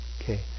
Okay